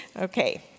Okay